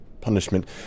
punishment